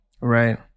right